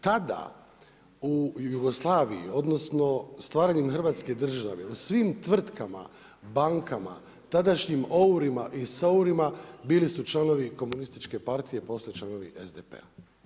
Tada u Jugoslaviji, odnosno stvaranjem hrvatske države u svim tvrtkama, bankama, tadašnjim OUR-ima i SOUR-ima, bili su članovi Komunističke partije, poslije članovi SDP-a.